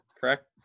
correct